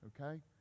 okay